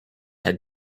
had